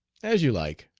as you like,